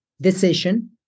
decision